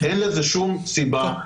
אין לזה שום סיבה.